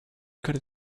could